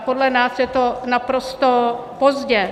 Podle nás je to naprosto pozdě.